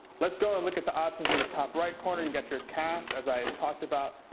let's go and look at the options in the top right corner. you got your cast, as i talked about,